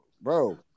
bro